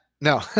No